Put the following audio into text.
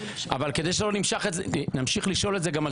אבל כדי שלא נמשיך לשאול את זה גם על